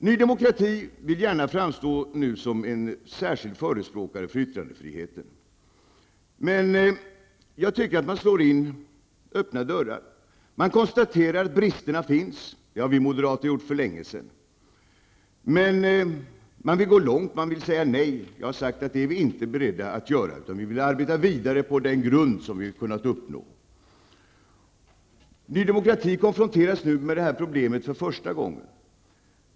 Ny Demokrati vill nu gärna framstå som en särskild förespråkare för yttrandefriheten, men jag tycker att man slår in öppna dörrar. Man konstaterar att bristerna finns -- det har vi moderater gjort länge -- men man vill gå långt. Man vill säga nej, och det har vi sagt att vi inte är beredda att göra, utan vi vill arbeta vidare på den grund som vi har kunnat skapa. Ny Demokrati konfronteras med det här problemet för första gången.